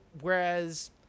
whereas